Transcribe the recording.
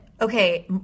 Okay